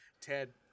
Ted